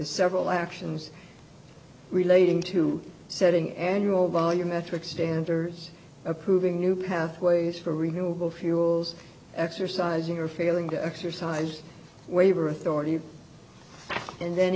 several actions relating to setting annual volumetric stander approving new pathways for renewable fuels exercising or failing to exercise waiver authority and then